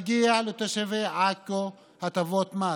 מגיע לתושבי עכו הטבות מס,